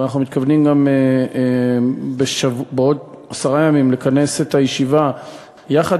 ואנחנו מתכוונים בעוד עשרה ימים לכנס ישיבה יחד